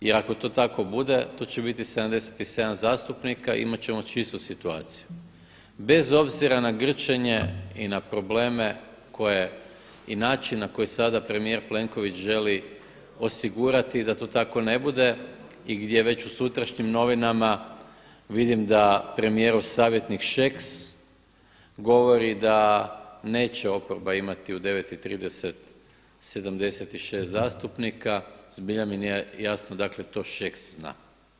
I ako to tako bude to će biti 77 zastupnika imat ćemo čistu situaciju, bez obzira na grčenje i na probleme koje i način na koji sada premijer Plenković želi osigurati da to tako ne bude i gdje već u sutrašnjim novinama vidim da premijerov savjetnik Šeks govori da neće oporba imati u 9,30 76 zastupnika, zbilja mi … jasno dakle to Šeks zna.